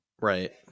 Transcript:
Right